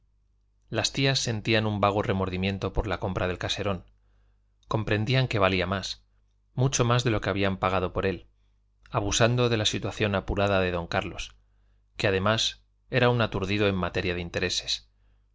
las tías sentían un vago remordimiento por la compra del caserón comprendían que valía más mucho más de lo que habían pagado por él abusando de la situación apurada de don carlos que además era un aturdido en materia de intereses